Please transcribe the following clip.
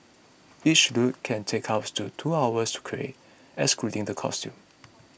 each look can take up to two hours to create excluding the costume